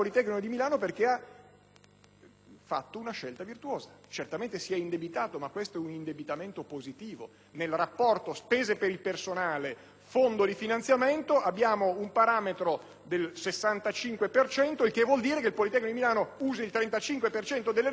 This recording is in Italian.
ha operato una scelta virtuosa. Certamente si è indebitato, ma questo è un indebitamento positivo nel rapporto spese per il personale-fondo di finanziamento, abbiamo un parametro del 65 per cento, il che vuol dire che il Politecnico di Milano usa il 35 per cento delle risorse per svolgere ricerca